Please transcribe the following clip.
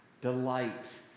Delight